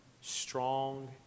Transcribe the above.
strong